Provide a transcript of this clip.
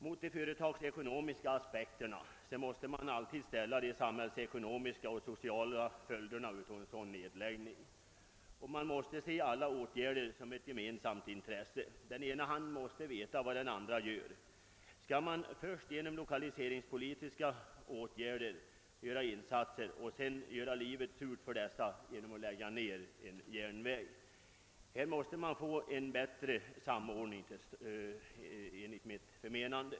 Mot de företagsekonomiska aspekterna måste man alltid ställa de samhällsekonomiska och sociala följderna av en nedläggning. Åtgärderna måste ses som en helhet — den ena handen måste veta vad den andra gör. Skall man först genom lokaliseringspolitiska åtgärder göra insatser och sedan göra livet surt för dem, som bosatt sig i området, och lägga ned en järnväg? Nej, här måste enligt mitt förmenande en bättre samordning komma till stånd.